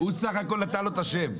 הוא בסך הכל נתן לו את השם.